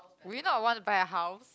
will you not want to buy a house